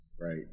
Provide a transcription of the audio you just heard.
Right